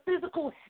physical